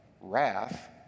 wrath